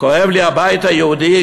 כואב לי על הבית היהודי,